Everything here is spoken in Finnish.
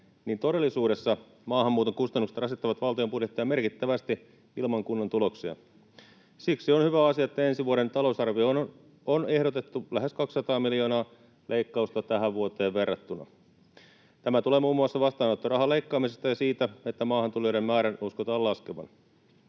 niin todellisuudessa maahanmuuton kustannukset rasittavat valtion budjettia merkittävästi ilman kunnon tuloksia. Siksi on hyvä asia, että ensi vuoden talousarvioon on ehdotettu lähes 200 miljoonan leikkausta tähän vuoteen verrattuna. Tämä tulee muun muassa vastaanottorahan leikkaamisesta ja siitä, että maahantulijoiden määrän uskotaan laskevan.